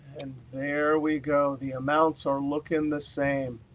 and there we go. the amounts are looking the same.